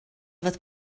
fod